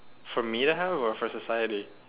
for me to have or for society